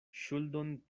ŝuldon